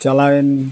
ᱪᱟᱞᱟᱣᱮᱱ